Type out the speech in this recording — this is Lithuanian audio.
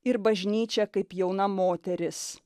ir bažnyčia kaip jauna moteris